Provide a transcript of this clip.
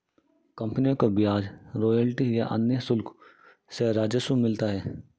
कंपनियों को ब्याज, रॉयल्टी या अन्य शुल्क से राजस्व मिलता है